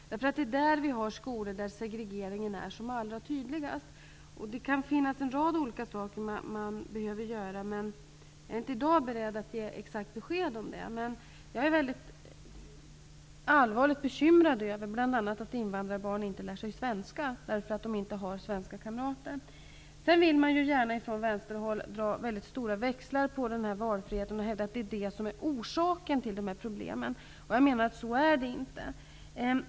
Där finns skolor där segregeringen är som allra tydligast. Det kan finnas en rad olika saker som behöver göras. Jag är dock inte i dag beredd att ge exakta besked. Jag är allvarligt bekymrad över att invandrarbarn inte lär sig svenska därför att de inte har svenska kamrater. Från vänsterhåll vill man gärna dra väldigt stora växlar på valfriheten och hävda att den är orsaken till problemen. Så är inte fallet.